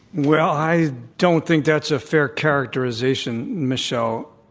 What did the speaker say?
well, i don't think that's a fair characterization, michelle.